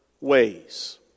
ways